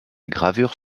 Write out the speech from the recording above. gravure